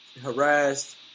harassed